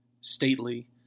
Stately